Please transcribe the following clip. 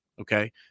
okay